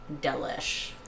Delish